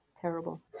terrible